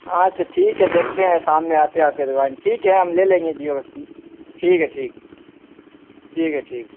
اچھا ٹھیک ہے دیکھتے ہیں شام میں آتے ہیں آپ کے دکان ٹھیک ہے ہم لے لیں گے جیو کا سیم ٹھیک ہے ٹھیک ٹھیک ہے ٹھیک